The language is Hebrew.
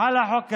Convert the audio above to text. על החוק הזה?